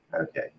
Okay